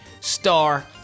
star